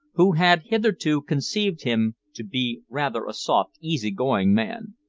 who had hitherto conceived him to be rather a soft easy-going man.